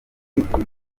umukoro